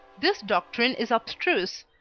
this doctrine is abstruse,